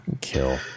kill